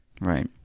Right